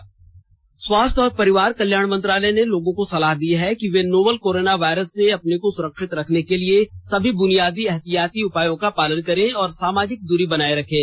स्वास्थ्य परामर्ष स्वास्थ्य और परिवार कल्याण मंत्रालय ने लोगों को सलाह दी है कि वे नोवल कोरोना वायरस से अपने को सुरक्षित रखने के लिए समी बुनियादी एहतियाती उपायों का पालन करें और सामाजिक दुरी बनाए रखें